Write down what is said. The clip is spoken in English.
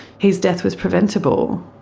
his death was preventable,